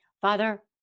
Father